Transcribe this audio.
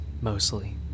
mostly